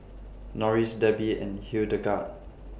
Norris Debbi and Hildegard